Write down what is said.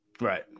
Right